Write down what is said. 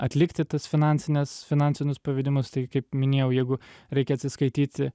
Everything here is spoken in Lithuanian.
atlikti tas finansines finansinius pavedimus tai kaip minėjau jeigu reikia atsiskaityti